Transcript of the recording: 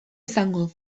izango